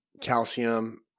calcium